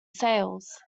sales